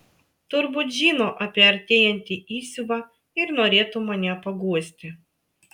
turbūt žino apie artėjantį įsiuvą ir norėtų mane paguosti